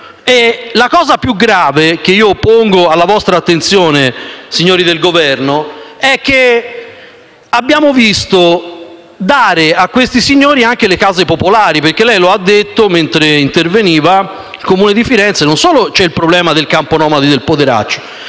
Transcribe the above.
La cosa più grave, che pongo alla vostra attenzione, signori del Governo, è che abbiamo visto dare a questi signori anche le case popolari, come anche lei ha rilevato nel suo intervento. Nel Comune di Firenze non c'è solo il problema del campo nomadi del Poderaccio,